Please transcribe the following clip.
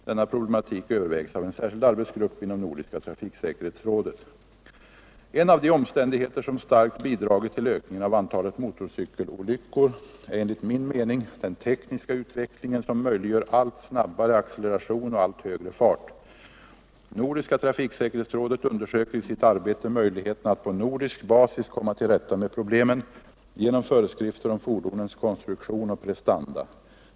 Denna problematik övervägs av en särskild arbetsgrupp inom Nordiska trafiksäkerhetsrådet. En av de omständigheter som starkt bidragit till ökningen av antalet motorcykelolyckor är enligt min mening den tekniska utvecklingen, som möjliggör allt snabbare acceleration och allt högre fart. Nordiska trafiksäkerhetsrådet undersöker i sitt arbete möjligheterna att på nordisk basis komma till rätta med problemen genom föreskrifter om fordonens konstruktion och prestanda.